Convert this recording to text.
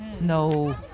No